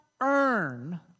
earn